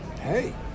Hey